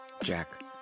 Jack